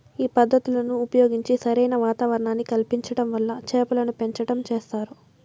ఈ పద్ధతులను ఉపయోగించి సరైన వాతావరణాన్ని కల్పించటం వల్ల చేపలను పెంచటం చేస్తారు